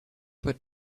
but